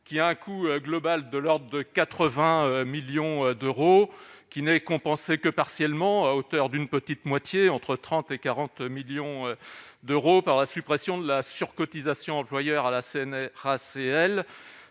qui a un coût global de l'ordre de 80 millions d'euros, qui n'est compensée que partiellement, à hauteur d'une petite moitié entre 30 et 40 millions d'euros par la suppression de la surcotisation employeur à la scène